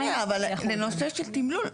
אבל לנושא של תמלול,